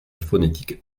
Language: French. phonétique